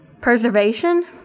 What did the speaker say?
Preservation